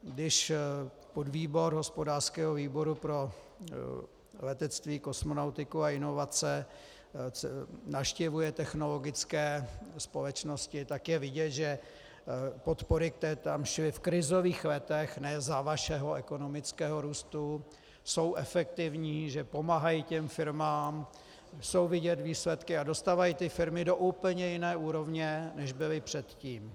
Když podvýbor hospodářského výboru pro letectví, kosmonautiku a inovace navštěvuje technologické společnosti, tak je vidět, že podpory, které tam šly v krizových letech, ne za vašeho ekonomického růstu, jsou efektivní, že pomáhají firmám a jsou vidět výsledky a dostávají firmy do úplně jiné úrovně, než byly předtím.